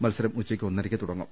മത്സരം ഉച്ചയ്ക്ക് ഒന്നരയ്ക്ക് തുടങ്ങും